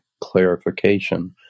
clarification